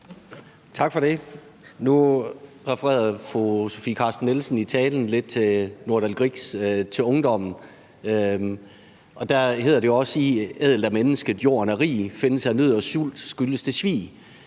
Tak for det. Nu refererede fru Sofie Carsten Nielsen i talen lidt til Nordahl Griegs »Til ungdommen«, og der hedder det jo også: »Ædelt er mennesket,/ jorden er rig!/ Findes her nød og sult,/ skyldes det svig«.